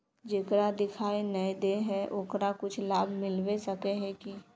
जेकरा दिखाय नय दे है ओकरा कुछ लाभ मिलबे सके है की?